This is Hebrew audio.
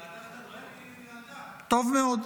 היא ראתה שאתה נואם, והיא --- טוב מאוד.